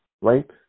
right